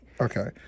Okay